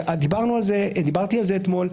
דיברתי על זה אתמול.